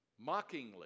mockingly